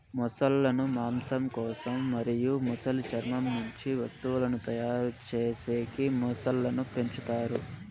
మొసళ్ళ ను మాంసం కోసం మరియు మొసలి చర్మం నుంచి వస్తువులను తయారు చేసేకి మొసళ్ళను పెంచుతారు